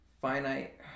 finite